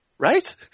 Right